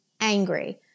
angry